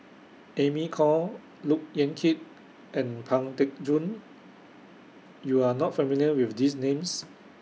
Amy Khor Look Yan Kit and Pang Teck Joon YOU Are not familiar with These Names